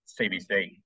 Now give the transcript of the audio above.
CBC